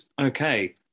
Okay